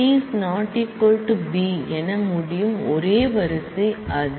A ≠ B என முடியும் ஒரே ரோ அது